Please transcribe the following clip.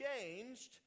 changed